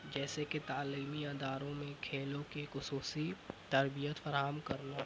جیسے کہ تعلیمی اداروں میں کھیلوں کے خصوصی تربیت فراہم کرنا